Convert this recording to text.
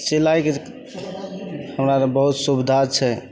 सिलाइके हमरा गाममे बहुत सुविधा छै